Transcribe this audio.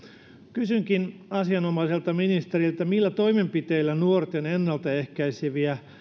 kysynkin asianomaiselta ministeriltä millä toimenpiteillä nuorten ennaltaehkäiseviä